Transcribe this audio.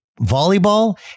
volleyball